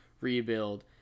rebuild